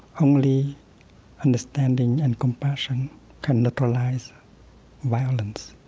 only understanding and compassion can neutralize violence